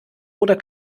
oder